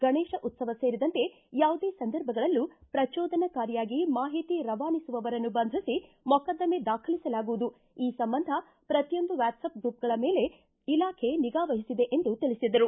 ಗಣೇಶ್ ಉತ್ಸವ ಸೇರಿದಂತೆ ಯಾವುದೇ ಸಂದರ್ಭಗಳಲ್ಲೂ ಪ್ರಚೋದನಕಾರಿಯಾಗಿ ಮಾಹಿತಿ ರವಾನಿಸುವವರನ್ನು ಬಂಧಿಸಿ ಮೊಕದ್ದಮೆ ದಾಖಲಿಸಲಾಗುವುದು ಈ ಸಂಬಂಧ ಪ್ರತಿಯೊಂದು ವಾಟ್ಸ್ಪ್ ಗ್ರೂಪ್ಗಳ ಮೇಲೆ ಇಲಾಖೆ ನಿಗಾವಹಿಸಿದೆ ಎಂದು ತಿಳಿಸಿದರು